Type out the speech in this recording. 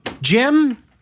Jim